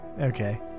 Okay